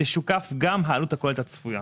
תשוקף גם העלות הכוללת הצפויה.